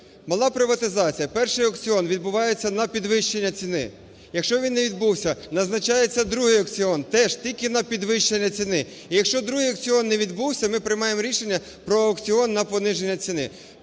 Мала приватизація. Перший аукціон відбувається на підвищення ціни. Якщо він не відбувся, назначається другий аукціон теж, тільки на підвищення ціни. І, якщо другий аукціон не відбувся, ми приймаємо рішення про аукціон на пониження ціни.